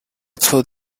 told